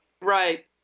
Right